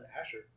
Asher